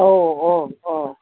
ഓ ഓ ഓ